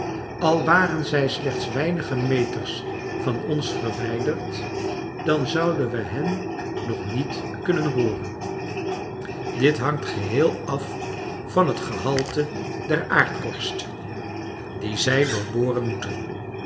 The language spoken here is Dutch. al waren zij slechts weinige meters van ons verwijderd dan zouden wij hen nog niet kunnen hooren dit hangt geheel af van het gehalte der aardkorst die zij doorboren moeten